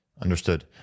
Understood